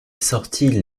sorti